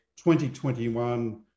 2021